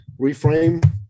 reframe